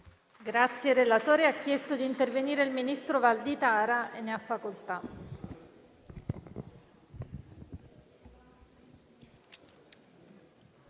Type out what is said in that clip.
Grazie